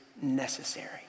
necessary